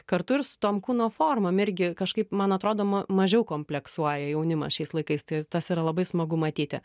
kartu ir su tom kūno formom irgi kažkaip man atrodo ma mažiau kompleksuoja jaunimas šiais laikais tai tas yra labai smagu matyti